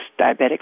diabetic